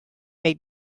make